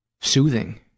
soothing